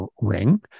ring